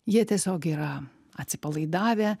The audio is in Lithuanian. jie tiesiog yra atsipalaidavę